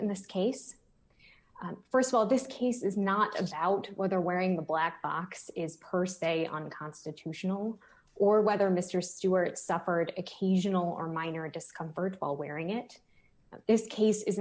in this case st of all this case is not just out or they're wearing the black box is per se on constitutional or whether mr stewart suffered occasional or minor discomfort all wearing it this case is